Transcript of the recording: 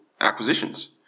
acquisitions